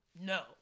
No